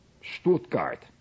Stuttgart